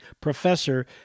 professor